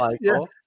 Michael